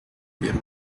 ler